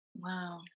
Wow